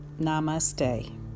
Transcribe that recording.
Namaste